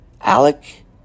Alec